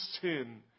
sin